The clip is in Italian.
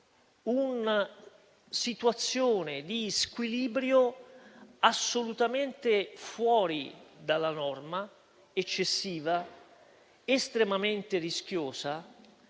una situazione di squilibrio assolutamente fuori dalla norma, eccessiva, estremamente rischiosa.